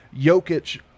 Jokic